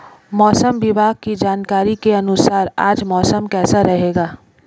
मौसम विभाग की जानकारी के अनुसार आज मौसम कैसा रहेगा?